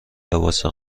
لباس